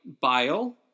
bile